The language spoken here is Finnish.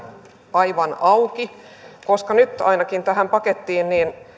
aivan auki nyt ainakin tähän pakettiin